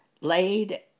laid